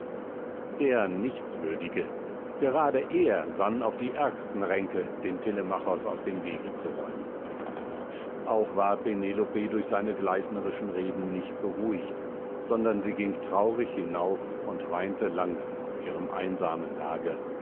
der nichtswürdige gerade er sann auf die ärgsten ränke den telemachos aus dem wege zu räumen auch war penelope durch seine gleißnerischen reden nicht beruhigt sondern sie ging traurig hinauf und weinte lange auf ihrem einsamen lager